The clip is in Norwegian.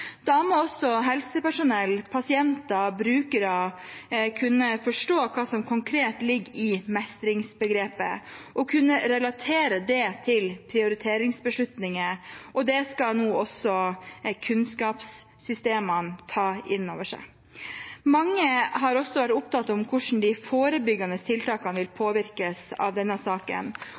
Da må også helsepersonell, pasienter og brukere kunne forstå hva som konkret ligger i mestringsbegrepet, og kunne relatere det til prioriteringsbeslutninger. Det skal også kunnskapssystemene nå ta innover seg. Mange har også vært opptatt av hvordan de forebyggende tiltakene vil påvirkes av denne saken.